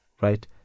right